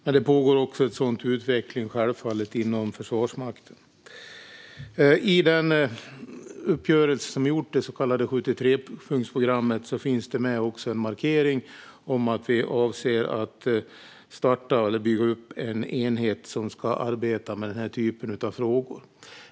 Det pågår självfallet också inom Försvarsmakten. I den uppgörelse som gjorts, det så kallade 73-punktsprogrammet, finns det med en markering om att vi avser att starta eller bygga upp en enhet som ska arbeta med frågor av denna typ.